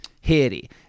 hairy